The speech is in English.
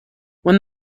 when